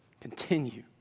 Continue